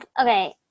okay